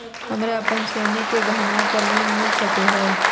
हमरा अप्पन सोने के गहनबा पर लोन मिल सको हइ?